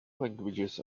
languages